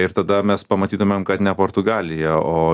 ir tada mes pamatytumėm kad ne portugalija o